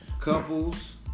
Couples